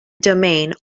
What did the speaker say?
domain